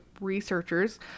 researchers